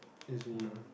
as in